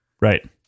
right